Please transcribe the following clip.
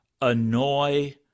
annoy